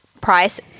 price